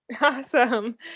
Awesome